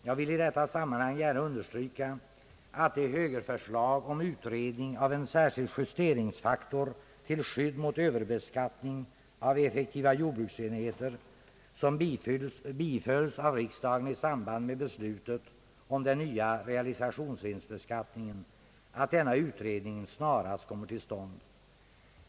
Jag vill i detta sammanhang gärna understryka att den utredning om en särskild justeringsfaktor till skydd mot överbeskattning av effektiva jordbruksenheter, som riksdagen begärde efter bifall till ett högerförslag i samband med beslutet om den nya realisationsvinstbeskattningen, snarast kommer till stånd.